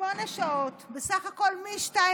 שמונה שעות, בסך הכול מ-14:30,